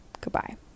goodbye